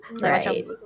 Right